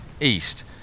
east